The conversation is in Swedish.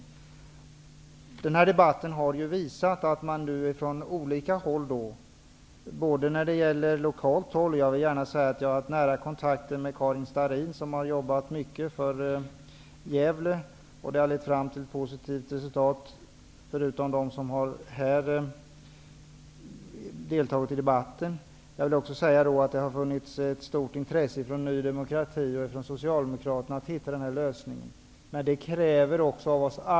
Jag har i det här ärendet haft nära kontakter med Karin Starrin, som har jobbat mycket för Gävle, och det har lett fram till positivt resultat. Det har också funnits ett stort intresse från Ny demokrati och Socialdemokraterna för att hitta en lösning på detta.